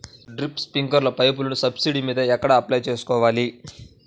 Drip, స్ప్రింకర్లు పైపులు subsidy మీద ఎక్కడ అప్లై చేసుకోవాలి?